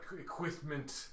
equipment